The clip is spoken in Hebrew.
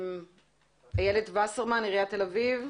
איילת וסרמן, עיריית תל אביב,